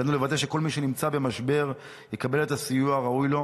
עלינו לוודא שכל מי שנמצא במשבר יקבל את הסיוע הראוי לו,